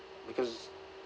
because